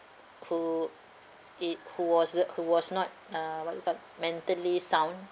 who i~ who was uh who was not uh what you call mentally sound